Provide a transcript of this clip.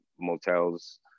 motels